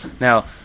Now